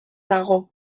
dago